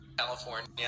California